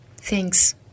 Thanks